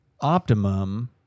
optimum